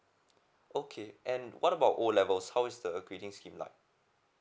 okay and what about O levels how is the grading scheme like